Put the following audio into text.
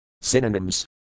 Synonyms